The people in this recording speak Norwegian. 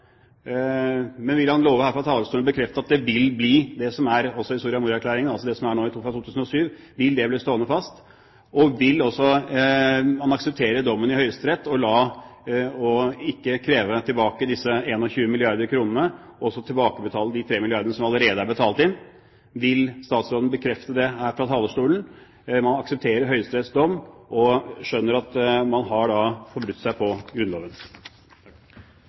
Men vil statsråden love her fra talerstolen, bekrefte, at det som også står i Soria Moria-erklæringen, vilkårene fra 2007, bli stående fast? Og vil han akseptere dommen i Høyesterett og ikke kreve tilbake disse 21 milliarder kr, og tilbakebetale de 3 milliardene som allerede er betalt inn? Vil statsråden bekrefte her fra talerstolen at man aksepterer Høyesteretts dom, og skjønner han at man har forbrutt seg mot Grunnloven?